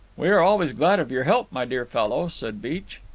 we are always glad of your help, my dear fellow, said beech.